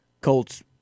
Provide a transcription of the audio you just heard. Colts